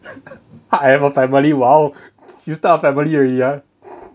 I have a family !wow! you start a family already ah